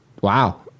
wow